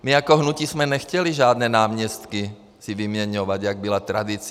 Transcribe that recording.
My jako hnutí jsme nechtěli žádné náměstky si vyměňovat, jak byla tradice.